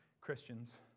Christians